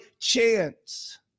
chance